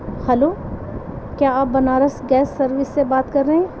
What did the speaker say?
hello کیا آپ Banaras gas service سے بات کر رہے ہیں